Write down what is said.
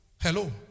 Hello